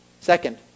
Second